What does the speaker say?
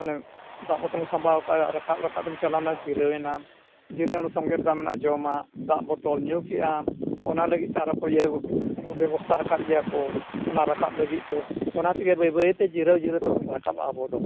ᱢᱟᱱᱮ ᱫᱟᱜ ᱵᱚᱛᱚᱞᱮᱢ ᱥᱟᱢᱵᱟᱣ ᱠᱟᱫᱟ ᱨᱟᱠᱟᱵ ᱨᱟᱠᱟᱵᱛᱮᱢ ᱪᱟᱞᱟᱣᱮᱱᱟ ᱡᱤᱨᱟᱹᱣ ᱮᱱᱟᱢ ᱡᱤᱨᱟᱹᱣ ᱚᱱᱟ ᱥᱚᱸᱜᱮ ᱨᱮᱛᱟᱢ ᱢᱮᱱᱟᱜᱼᱟ ᱡᱚᱢᱟᱜ ᱫᱟᱜ ᱵᱚᱛᱚᱞ ᱧᱩ ᱠᱮᱫᱟᱢ ᱚᱱᱟ ᱞᱟᱹᱜᱤᱫ ᱛᱮ ᱟᱨᱚ ᱤᱭᱟᱹ ᱵᱮᱵᱚᱥᱛᱷᱟ ᱟᱠᱟᱫ ᱜᱮᱭᱟ ᱠᱚ ᱚᱱᱟ ᱨᱟᱠᱟᱵ ᱞᱟᱹᱜᱤᱫ ᱛᱮ ᱚᱱᱟ ᱛᱮᱜᱮ ᱵᱟᱹᱭᱼᱵᱟᱹᱭᱛᱮ ᱡᱤᱨᱟᱹᱣᱼᱡᱤᱨᱟᱹᱣ ᱛᱮᱵᱚᱱ ᱨᱟᱠᱟᱵᱼᱟ ᱟᱵᱚ ᱫᱚ